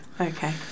Okay